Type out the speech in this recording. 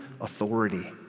authority